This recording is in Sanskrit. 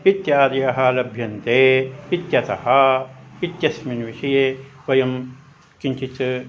इत्यादयः लभ्यन्ते इत्यतः इत्यस्मिन् विषये वयं किञ्चित्